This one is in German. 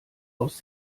aus